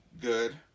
good